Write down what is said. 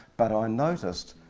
but i noticed,